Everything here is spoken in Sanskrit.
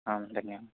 आं धन्यः